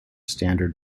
standard